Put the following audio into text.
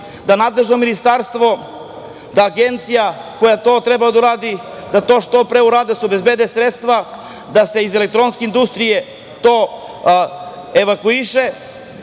da nadležno ministarstvo, da agencija koja to treba da uradi, da se obezbede sredstva da se iz Elektronske industrije to evakuiše,